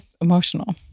emotional